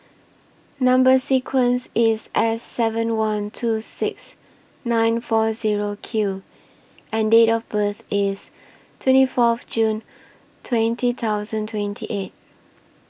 Number sequence IS S seven one two six nine four Zero Q and Date of birth IS twenty four June twenty thousand twenty eight